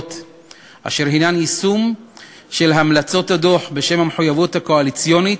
שהן יישום של המלצות הדוח בשם המחויבות הקואליציונית,